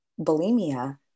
bulimia